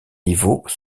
niveaux